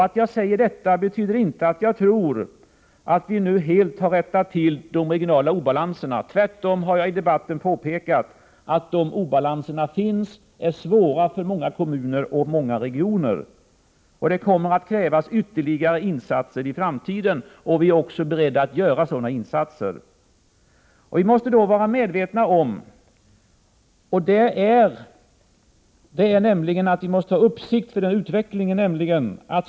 Att jag säger detta betyder inte att jag tror att vi nu helt har rättat till de regionala obalanserna. Tvärtom har jag påpekat att dessa obalanser finns, att de är svåra för många kommuner och regioner. Det kommer att krävas ytterligare insatser i framtiden, och vi är beredda att göra sådana. Vi måste då vara medvetna om och ha uppsikt över den utvecklingen.